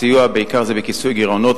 הסיוע הוא בעיקר בכיסוי גירעונות